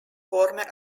former